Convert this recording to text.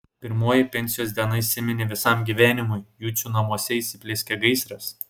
pirmoji pensijos diena įsiminė visam gyvenimui jucių namuose įsiplieskė gaisras